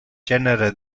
genere